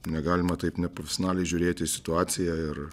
negalima taip neprofesionaliai žiūrėti situaciją ir